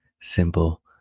simple